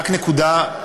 רק נקודה,